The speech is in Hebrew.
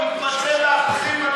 הוא מתמצא באחוזים,